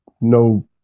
no